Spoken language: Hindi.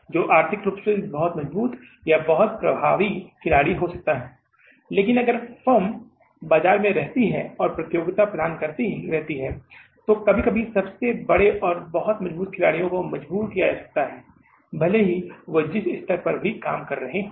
जो आर्थिक रूप से बहुत मजबूत या बहुत प्रभावी खिलाड़ी हो सकता है लेकिन अगर फर्म बाजार में रहती है और प्रतियोगिता प्रदान करती रहती है जो कभी कभी सबसे बड़े और बहुत मजबूत खिलाड़ियों को मजबूर किया जा सकता है भले ही वो जिस भी स्तर पर काम कर रहे हो